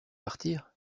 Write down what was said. partir